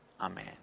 Amen